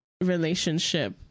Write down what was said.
relationship